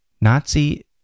Nazi